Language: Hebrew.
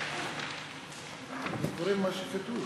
אני קורא מה שכתוב.